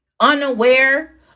unaware